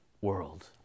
world